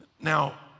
Now